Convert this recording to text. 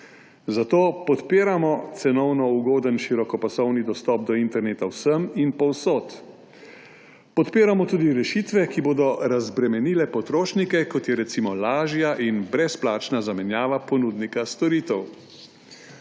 Zato podpiramo cenovno ugoden širokopasovni dostop do interneta vsem in povsod. Podpiramo tudi rešitve, ki bodo razbremenile potrošnike, kot je recimo lažja in brezplačna zamenjava ponudnika storitev.